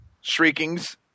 Shriekings